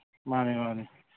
ꯃꯥꯅꯤ ꯃꯥꯅꯤ